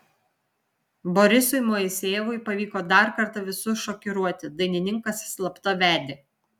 borisui moisejevui pavyko dar kartą visus šokiruoti dainininkas slapta vedė